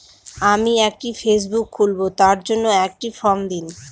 আমি একটি ফেসবুক খুলব তার জন্য একটি ফ্রম দিন?